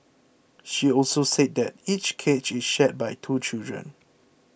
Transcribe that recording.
she also said that each cage is shared by two children